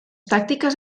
tàctiques